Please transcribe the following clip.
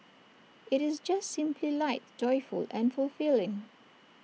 IT is just simply light joyful and fulfilling